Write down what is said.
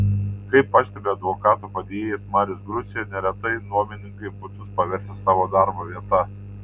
kaip pastebi advokato padėjėjas marius grucė neretai nuomininkai butus paverčia savo darbo vieta